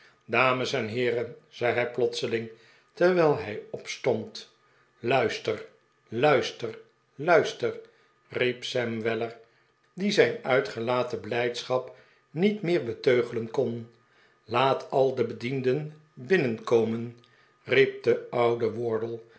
dames en heeren zei hij plotseling terwijl hij opstond luister luister luister riep sam weller die zijn uitgelaten blijdschap niet meer beteugelen kon laat al de bedienden binnenkomen riep de oude wardle